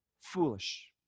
foolish